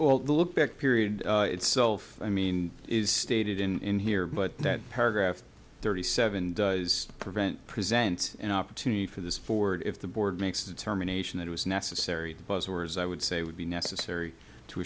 all the look back period itself i mean is stated in here but that paragraph thirty seven does prevent present an opportunity for this forward if the board makes a determination that it was necessary buzzwords i would say would be necessary to